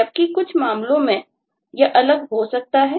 जबकि कुछ मामलों में यह अलग हो सकता है